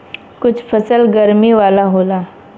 कुछ फसल गरमी वाला होला